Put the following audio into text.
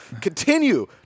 continue